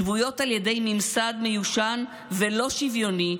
שבויות על ידי ממסד מיושן ולא שוויוני,